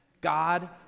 God